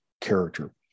character